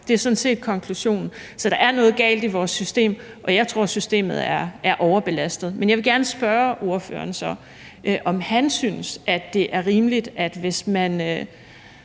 Det er sådan set konklusionen. Så der er noget galt i vores system, og jeg tror, systemet er overbelastet. Men så vil jeg gerne spørge ordføreren, om han synes, det er rimeligt, at man,